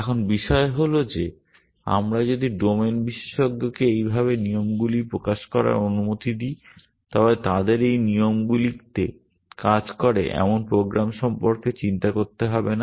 এখন বিষয় হল যে আমরা যদি ডোমেন বিশেষজ্ঞকে এইভাবে নিয়মগুলি প্রকাশ করার অনুমতি দিই তবে তাদের এই নিয়মগুলিতে কাজ করে এমন প্রোগ্রাম সম্পর্কে চিন্তা করতে হবে না